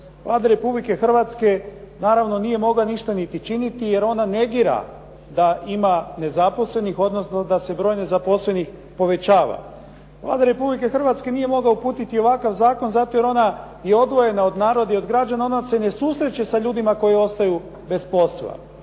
Vlade Republike Hrvatske naravno nije mogla ništa niti činiti, jer ona ne dira da ona ima nezaposlenih, odnosno da se broj nezaposlenih povećava. Vlada Republike Hrvatske nije mogla uputiti ovakav zakon zato jer ona je odvojena od naroda i građana. Ona se ne susreće sa ljudima koji ostaju bez posla.